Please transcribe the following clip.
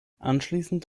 anschließend